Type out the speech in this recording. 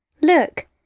Look